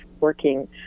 working